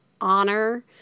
honor